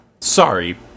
sorry